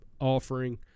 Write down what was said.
offering